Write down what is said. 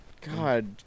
God